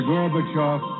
Gorbachev